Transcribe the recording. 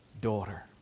daughter